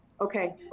Okay